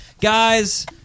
Guys